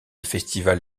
festival